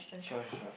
sure sure sure